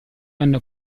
hanno